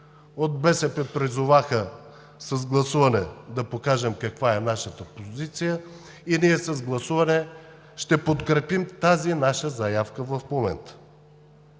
От БСП призоваха с гласуване да покажем каква е позицията ни и с гласуване ще подкрепим тази наша заявка в момента.